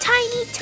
Tiny